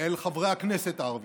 אל חברי הכנסת הערבים.